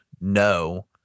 No